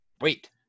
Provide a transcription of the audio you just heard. wait